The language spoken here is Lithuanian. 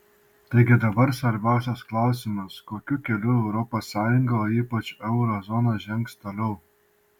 taigi dabar svarbiausias klausimas kokiu keliu europos sąjunga o ypač euro zona žengs toliau